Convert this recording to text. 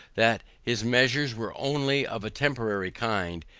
that his measures were only of a temporary kind,